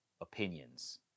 opinions